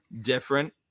different